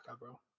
bro